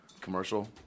commercial